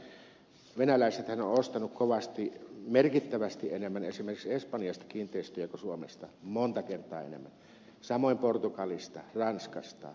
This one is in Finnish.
venäläisethän ovat ostaneet kovasti merkittävästi enemmän esimerkiksi espanjasta kiinteistöjä kuin suomesta monta kertaa enemmän samoin portugalista ranskasta italiasta